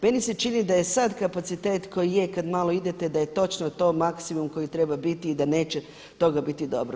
Meni se čini da je sad kapacitet koji je kad malo idete da je točno to maksimum koji treba biti i da neće toga biti dobro.